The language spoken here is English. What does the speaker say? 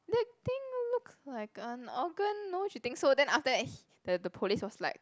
that thing looks like an organ no she think so then after that h~ the the police was like